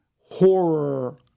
horror